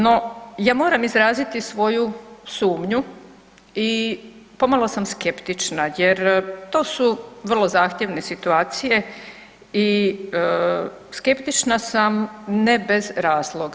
No, ja moram izraziti svoju sumnji i pomalo sam skeptična jer to su vrlo zahtjevne situacije i skeptična sam ne bez razloga.